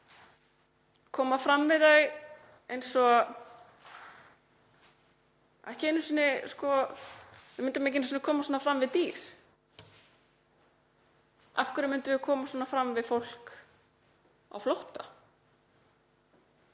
koma fram við þau eins og — við myndum ekki einu sinni koma svona fram við dýr. Af hverju myndum við koma svona fram við fólk á flótta?